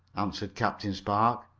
answered captain spark.